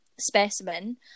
specimen